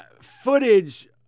footage